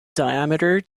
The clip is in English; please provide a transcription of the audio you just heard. diameter